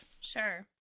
Sure